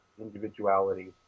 individuality